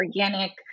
organic